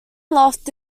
loft